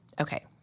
okay